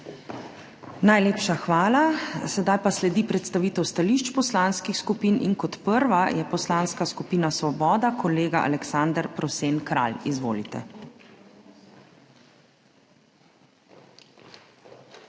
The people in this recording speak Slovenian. Najlepša hvala. Sedaj pa sledi predstavitev stališč poslanskih skupin. Kot prva je Poslanska skupina Svoboda, kolega Aleksander Prosen Kralj. Izvolite.